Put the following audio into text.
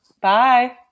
Bye